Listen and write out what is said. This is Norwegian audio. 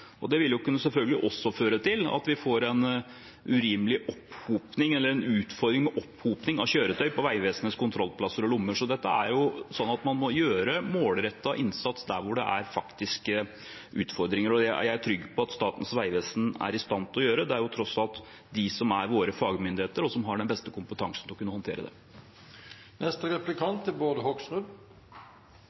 Det vil selvfølgelig også kunne føre til at vi får en urimelig opphopning eller en utfordring med opphopning av kjøretøy på Vegvesenets kontrollplasser og -lommer. Så man må gjøre en målrettet innsats der hvor det er faktiske utfordringer. Det er jeg trygg på at Statens vegvesen er i stand til å gjøre. Det er tross alt de som er vår fagmyndighet og har den beste kompetansen til å kunne håndtere det. Det er